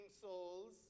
souls